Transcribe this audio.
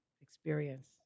experience